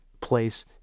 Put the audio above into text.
place